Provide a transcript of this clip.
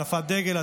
הנפת דגל,